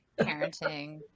parenting